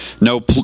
No